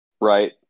Right